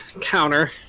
counter